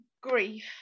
grief